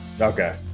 Okay